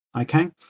Okay